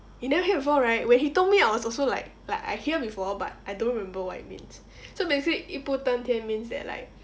you never hear before right when he told me I was also like like I hear before but I don't remember what it means so basically 一步登天 means that like